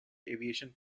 aviation